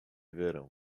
verão